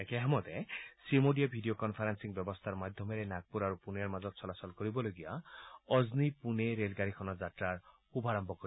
একেসময়তে শ্ৰীমোদীয়ে ভিডিঅ কনফাৰেণ্ডি ব্যৱস্থাৰ মাধ্যমেৰে পুনেৰ মাজত চলাচল কৰিবলগীয়া অজনী পুনে ৰেলগাডীখনৰ যাত্ৰাৰ শুভাৰম্ভ কৰিব